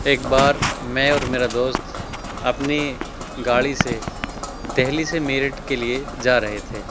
ایک بار میں اور میرا دوست اپنی گاڑی سے دہلی سے میرٹھ کے لئے جا رہے تھے